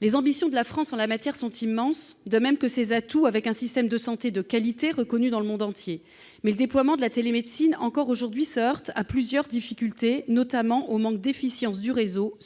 Les ambitions de la France en la matière sont immenses, de même que ses atouts, avec un système de santé de qualité reconnu dans le monde entier. Mais le déploiement de la télémédecine se heurte encore à plusieurs difficultés, notamment, au manque d'efficience du réseau